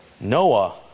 Noah